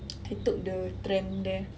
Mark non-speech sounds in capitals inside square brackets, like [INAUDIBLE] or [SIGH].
[NOISE] he took the tram there